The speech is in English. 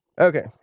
Okay